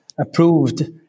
approved